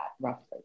roughly